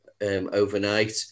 overnight